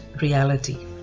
Reality